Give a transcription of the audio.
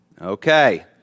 Okay